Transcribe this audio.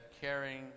caring